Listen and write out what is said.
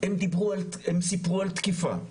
הן סיפרו על תקיפה,